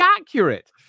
accurate